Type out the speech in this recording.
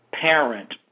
Parent